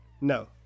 No